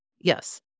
Yes